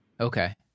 Okay